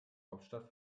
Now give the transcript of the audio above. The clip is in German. hauptstadt